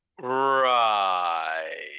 Right